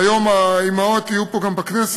היום האימהות יהיו פה בכנסת,